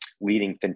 leading